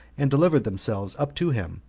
and delivered themselves up to him,